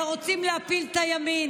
אלא רוצים להפיל את הימין.